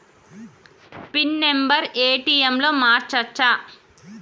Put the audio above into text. Pin number ATM లో మార్చచ్చా?